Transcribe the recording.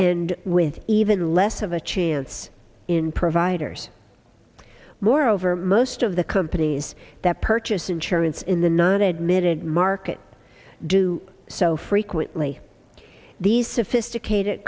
and with even less of a chance in providers moreover most of the companies that purchase insurance in the non admitted market do so frequently these sophisticated